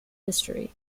history